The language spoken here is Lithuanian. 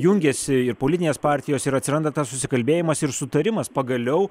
jungiasi ir politinės partijos ir atsiranda tas susikalbėjimas ir sutarimas pagaliau